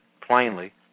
plainly